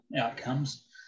outcomes